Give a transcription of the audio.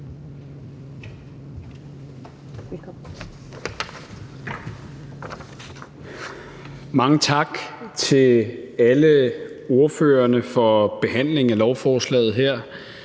Mange tak til alle ordførerne for behandlingen af lovforslaget her.